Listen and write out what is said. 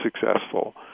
successful